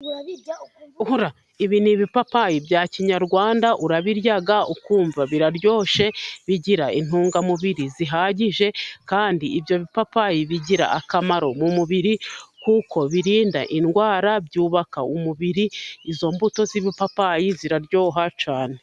Ibi ni ibipapayi bya kinyarwanda， urabirya ukumva biraryoshye， bigira intungamubiri zihagije，kandi ibyo bipapayi bigira akamaro mu mubiri， kuko birinda indwara， byubaka umubiri. Izo mbuto z'ibipapayi ziraryoha cyane.